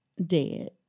Dead